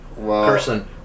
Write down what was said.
person